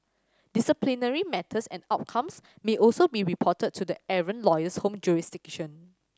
disciplinary matters and outcomes may also be reported to the errant lawyer's home jurisdiction